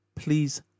Please